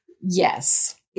Yes